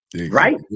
right